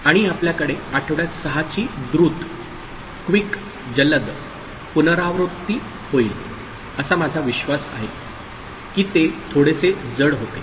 आणि आपल्याकडे आठवड्यात 6 ची द्रुत quick जलद पुनरावृत्ती होईल असा माझा विश्वास आहे की ते थोडेसे जड होते